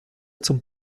zum